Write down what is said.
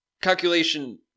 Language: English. Calculation